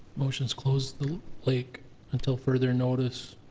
motion is close the lake until further notice,